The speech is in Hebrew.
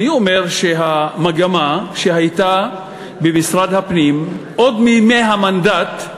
אני אומר שהמגמה שהייתה במשרד הפנים עוד מימי המנדט,